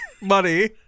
money